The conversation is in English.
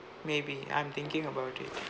maybe I'm thinking about it